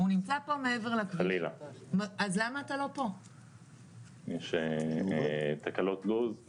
הוספתם, אז אתם זרקתם את הכדור על משרד הבריאות,